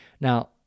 now